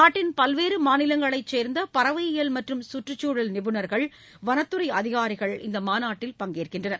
நாட்டின் பல்வேறு மாநிலங்களைச் சேர்ந்த பறவையியல் மற்றும் சுற்றுச்சூழல் நிபுணர்கள் வனத்துறை அதிகாரிகள் இந்த மாநாட்டில் பங்கேற்கின்றனர்